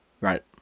Right